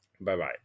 Bye-bye